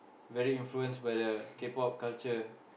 very influence by the K-pop culture